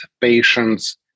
patients